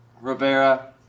Rivera